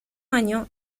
año